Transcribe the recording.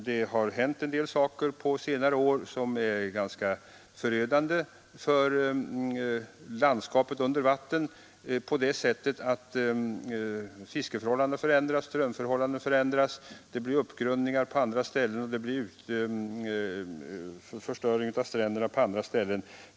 Det har på senare år hänt en del som fått ganska förödande effekt på landskapet under vatten; fiskeförhållanden och ström förhållanden förändras, på somliga ställen uppstår uppgrundningar och på andra förstöring av stränderna.